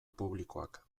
publikoak